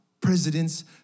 Presidents